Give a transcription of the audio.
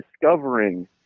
discovering